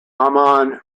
imam